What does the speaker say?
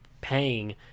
paying